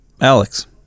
Alex